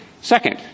Second